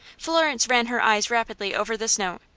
florence ran her eyes rapidly over this note,